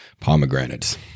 pomegranates